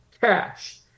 cash